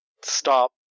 Stop